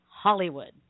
hollywood